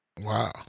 Wow